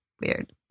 weird